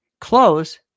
Close